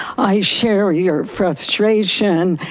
i share your frustration,